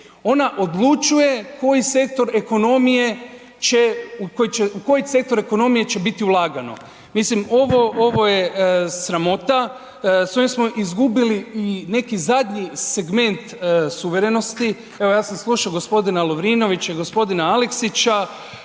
ekonomije će, u kojoi sektor ekonomije će biti ulagano. Mislim ovo je sramota, s ovim smo izgubili i neki zadnji segment suverenosti. Evo ja sam slušao gospodina Lovrinovića i gospodina Aleksića,